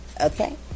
Okay